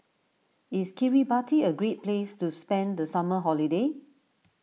is Kiribati a great place to spend the summer holiday